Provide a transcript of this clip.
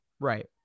Right